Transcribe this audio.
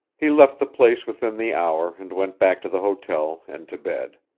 he left the place within the hour and went back to the hotel and to bed.